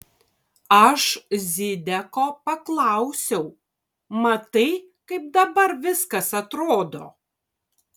aš zideko paklausiau matai kaip dabar viskas atrodo